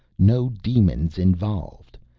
no demons involved.